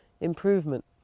improvement